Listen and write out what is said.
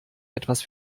etwas